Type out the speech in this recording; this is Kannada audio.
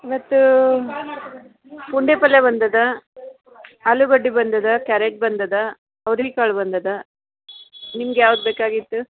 ಇವತ್ತು ಪುಂಡಿ ಪಲ್ಲೆ ಬಂದದ ಆಲೂಗಡ್ಡೆ ಬಂದದ ಕ್ಯಾರೆಟ್ ಬಂದದ ಅವ್ರೆಕಾಳು ಬಂದದ ನಿಮ್ಗೆ ಯಾವ್ದು ಬೇಕಾಗಿತ್ತು